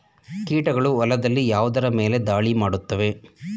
ಕೀಟಗಳು ಹೊಲದಲ್ಲಿ ಯಾವುದರ ಮೇಲೆ ಧಾಳಿ ಮಾಡುತ್ತವೆ?